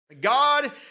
God